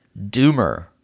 Doomer